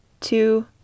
Two